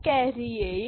carry असेल तर येईल